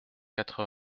quatre